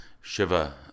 Shiva